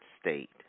state